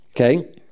okay